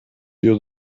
you